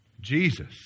Jesus